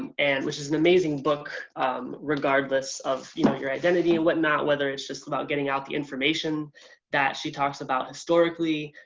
um and which is an amazing book regardless of you know your identity and whatnot, whether it's just about getting out the information that she talks about historically,